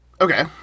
Okay